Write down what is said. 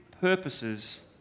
purposes